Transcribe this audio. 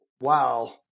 wow